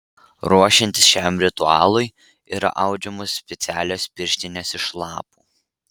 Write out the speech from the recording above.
ruošiantis šiam ritualui yra audžiamos specialios pirštinės iš lapų